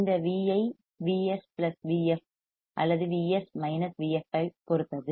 இந்த Vi Vs Vf அல்லது Vs Vf ஐப் பொறுத்தது